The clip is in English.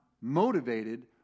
motivated